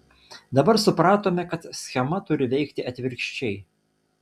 dabar supratome kad schema turi veikti atvirkščiai